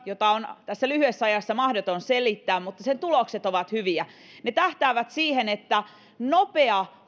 jota on tässä lyhyessä ajassa mahdoton selittää mutta sen tulokset ovat hyviä ne tähtäävät nopeaan